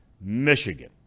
Michigan